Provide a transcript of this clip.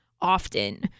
often